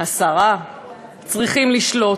השרה צריכים לשלוט.